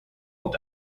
that